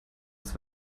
ist